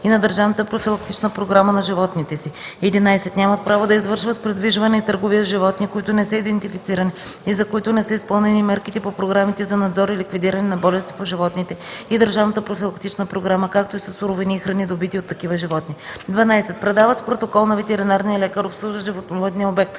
и на държавната профилактична програма на животните си; 11. нямат право да извършват придвижване и търговия с животни, които не са идентифицирани и за които не са изпълнени мерките по програмите за надзор и ликвидиране на болести по животните и държавната профилактична програма, както и със суровини и храни, добити от такива животни; 12. предават с протокол на ветеринарния лекар, обслужващ животновъдния обект: